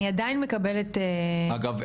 אני עדיין מקבלת --- אגב,